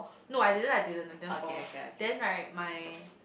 no I didn't I didn't I then fall then right my